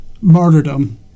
martyrdom